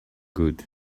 good